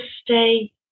stay